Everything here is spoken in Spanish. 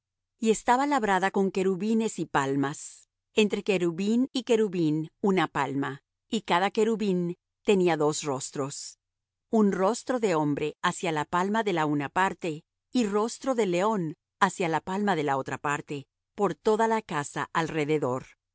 y estaba labrada con querubines y palmas entre querubín y querubín una palma y cada querubín tenía dos rostros un rostro de hombre hacia la palma de la una parte y rostro de león hacia la palma de la otra parte por toda la casa alrededor